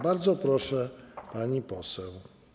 Bardzo proszę, pani poseł.